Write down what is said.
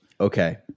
Okay